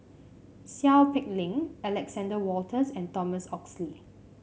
Seow Peck Leng Alexander Wolters and Thomas Oxley